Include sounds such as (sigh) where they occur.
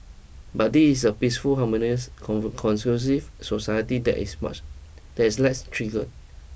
but this is a peaceful harmonious (unintelligible) society there is much there is (unintelligible) less trigger